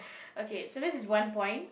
okay so this is one point